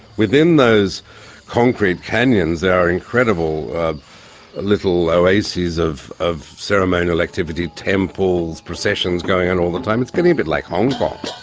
within those concrete canyons there are incredible little oases of of ceremonial activity, temples, processions going on all the time. it's getting a bit like hong kong,